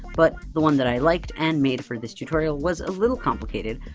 but the one that i liked and made for this tutorial was a little complicated.